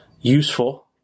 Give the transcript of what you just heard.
useful